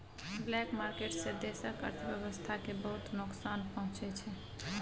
black market सँ देशक अर्थव्यवस्था केँ बहुत नोकसान पहुँचै छै